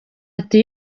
ati